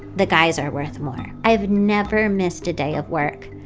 the guys are worth more. i've never missed a day of work.